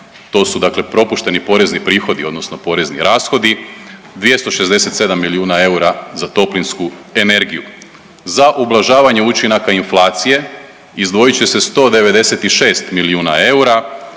to su dakle propušteni porezni prihodi odnosno porezni rashodi, 267 milijuna eura za toplinsku energiju, za ublažavanje učinaka inflacije izdvojit će se 196 milijuna eura